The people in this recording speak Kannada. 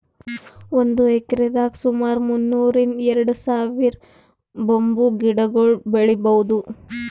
ಒಂದ್ ಎಕ್ರೆದಾಗ್ ಸುಮಾರ್ ಮುನ್ನೂರ್ರಿಂದ್ ಎರಡ ಸಾವಿರ್ ಬಂಬೂ ಗಿಡಗೊಳ್ ಬೆಳೀಭೌದು